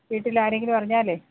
വീട്ടിലാരെങ്കിലും അറിഞ്ഞാലെ